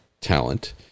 talent